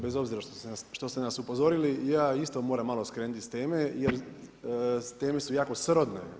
Bez obzira što ste nas upozorili ja isto moram malo skrenuti s teme jer teme su jako srodne.